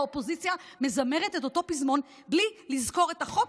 האופוזיציה מזמרת את אותו פזמון בלי לזכור את החוק,